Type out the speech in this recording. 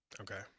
Okay